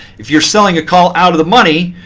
if you're selling a call out of the money,